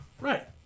Right